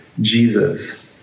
Jesus